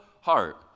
heart